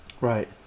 Right